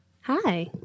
Hi